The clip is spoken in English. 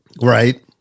Right